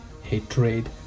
hatred